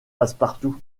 passepartout